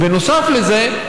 ונוסף לזה,